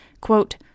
quote